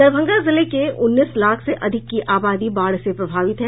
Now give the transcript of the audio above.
दरभंगा जिले के उन्नीस लाख से अधिक की आबादी बाढ़ से प्रभावित है